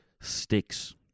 sticks